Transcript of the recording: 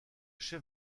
chef